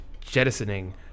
jettisoning